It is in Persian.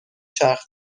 چرخ